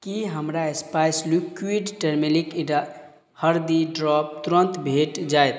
की हमरा spice liquid turmeric इडा हरदि ड्राप तुरत भेट जाइत